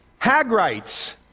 Hagrites